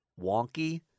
wonky